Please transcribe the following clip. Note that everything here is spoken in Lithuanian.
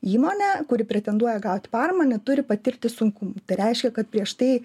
įmonė kuri pretenduoja gauti paramą neturi patirti sunkumų tai reiškia kad prieš tai